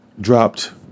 dropped